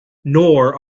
nor